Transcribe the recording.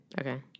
Okay